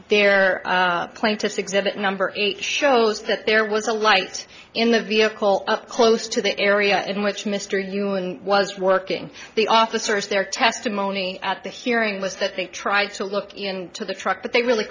their plaintiff's exhibit number shows that there was a light in the vehicle up close to the area in which mr ewing was working the officers their testimony at the hearing was that they tried to look into the truck but they really